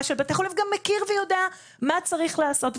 של בתי החולים וגם מכיר ויודע מה צריך לעשות.